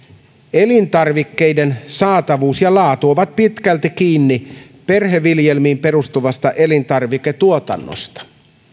elintarvikkeiden saatavuus ja laatu ovat pitkälti kiinni perheviljelmiin perustuvasta elintarviketuotannosta